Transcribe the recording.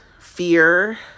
fear